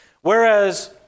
Whereas